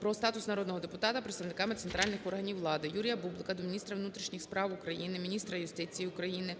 "Про статус народного депутата" представниками центральних органів влади. Юрія Бублика до міністра внутрішніх справ України, міністра юстиції України